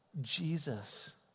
Jesus